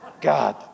God